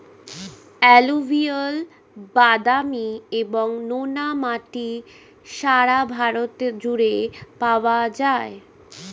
alluvial, বাদামি এবং নোনা মাটি সারা ভারত জুড়ে পাওয়া যায়